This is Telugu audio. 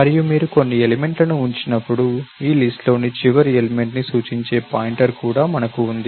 మరియు మీరు కొన్ని ఎలిమెంట్ లను ఉంచినప్పుడు ఈ లిస్ట్ లోని చివరి ఎలిమెంట్ ని సూచించే పాయింటర్ కూడా మనకు ఉంది